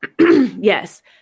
Yes